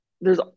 theres